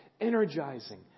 energizing